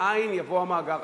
מאין יבוא המאגר.